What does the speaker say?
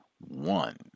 one